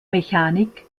mechanik